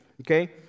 okay